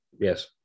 Yes